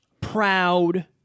proud